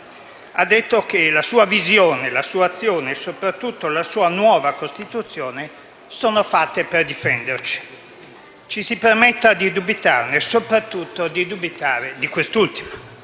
ha detto che la sua visione, la sua azione e, soprattutto, la sua nuova Costituzione sono fatte per difenderci. Ci si permetta di dubitarne, soprattutto di quest'ultima.